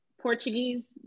Portuguese